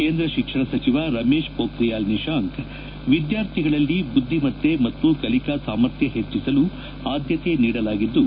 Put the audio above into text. ಕೇಂದ್ರ ಶಿಕ್ಷಣ ಸಚಿವ ರಮೇಶ್ ಪೋಖಿಯಾಲ್ ನಿಶಾಂಕ್ ವಿದ್ವಾರ್ಥಿಗಳಲ್ಲಿ ಬುದ್ದಿಮತ್ತೆ ಮತ್ತು ಕಲಿಕಾ ಸಾಮರ್ಥ್ಯ ಹೆಚ್ಚಿಸಲು ಆದ್ದತೆ ನೀಡಲಾಗಿದ್ದು